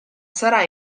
sarà